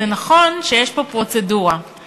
זה נכון שיש פה פרוצדורה,